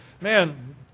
man